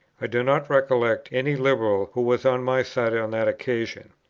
i do not recollect any liberal who was on my side on that occasion.